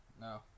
No